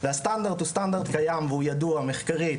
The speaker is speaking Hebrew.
כאשר הסטנדרט הוא סטנדרט קיים וידוע מחקרית,